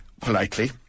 politely